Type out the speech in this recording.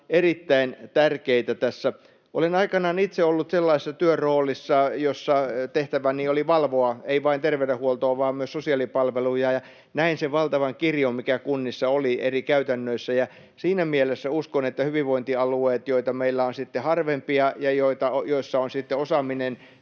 erittäin tärkeitä tässä. Olen aikanaan itse ollut sellaisessa työroolissa, jossa tehtäväni oli valvoa ei vain terveydenhuoltoa vaan myös sosiaalipalveluja, ja näin sen valtavan kirjon, mikä kunnissa oli eri käytännöissä. Siinä mielessä uskon, että hyvinvointialueet, joita meillä on sitten harvempia ja joissa on sitten